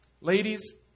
Ladies